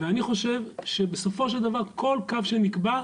ואני חושב שבסופו של דבר כל קו שנקבע,